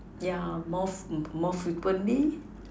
yeah more more frequently